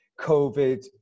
COVID